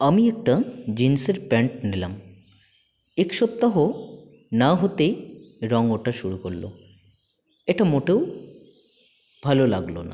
আমি একটা জিন্সের প্যান্ট নিলাম এক সপ্তাহ না হতেই রঙ ওঠা শুরু করলো এটা মোটেও ভালো লাগলো না